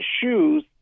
shoes